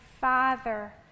Father